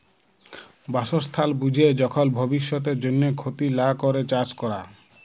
বাসস্থাল বুঝে যখল ভব্যিষতের জন্হে ক্ষতি লা ক্যরে চাস ক্যরা